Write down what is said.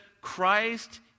Christ